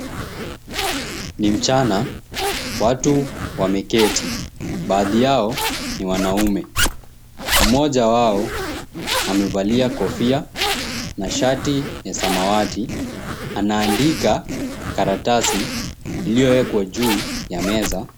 Ni mchana. Watu wameketi, baadhi yao ni wanaume. Mmoja wao amevalia kofia na shati ya samawati, anaandika karatasi iliyowekwa juu ya meza.